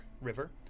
River